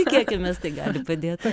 tikėkimės tai gali padėt